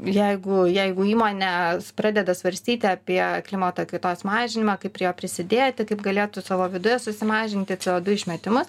jeigu jeigu įmonė pradeda svarstyti apie klimato kaitos mažinimą kaip prie jo prisidėti kaip galėtų savo viduje susimažinti ce o du išmetimus